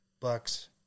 bucks